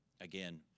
again